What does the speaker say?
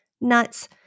nuts